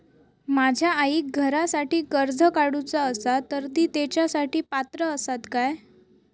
माझ्या आईक घरासाठी कर्ज काढूचा असा तर ती तेच्यासाठी पात्र असात काय?